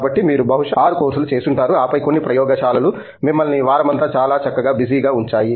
కాబట్టి మీరు బహుశా 6 కోర్సులు చేసుంటారు ఆపై కొన్ని ప్రయోగశాలలు మిమ్మల్ని వారమంతా చాలా చక్కగా బిజీగా ఉంచాయి